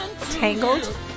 *Tangled*